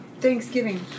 Thanksgiving